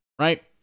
right